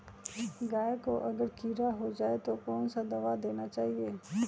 गाय को अगर कीड़ा हो जाय तो कौन सा दवा देना चाहिए?